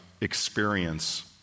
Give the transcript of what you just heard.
experience